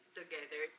together